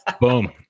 Boom